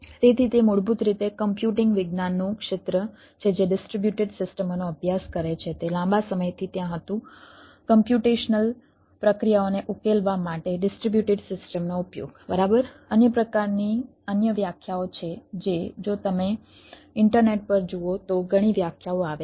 તેથી તે મૂળભૂત રીતે કમ્પ્યુટિંગ વિજ્ઞાનનું ક્ષેત્ર છે જે ડિસ્ટ્રિબ્યુટેડ સિસ્ટમોનો અભ્યાસ કરે છે તે લાંબા સમયથી ત્યાં હતું કમ્પ્યુટેશનલ પર જુઓ તો ઘણી વ્યાખ્યાઓ આવે છે